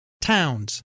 towns